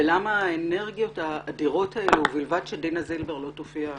ולמה האנרגיות האדירות האלה ובלבד שדינה זילבר לא תופיע בכנסת?